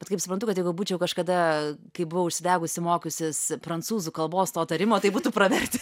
bet kaip suprantu kad jeigu būčiau kažkada kai buvau užsidegusi mokiusis prancūzų kalbos to tarimo tai būtų pravertę